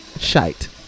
Shite